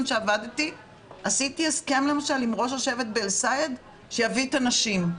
שעבדתי עשיתי הסכם למשל עם ראש השבט באל סייד שיביא את הנשים.